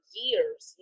years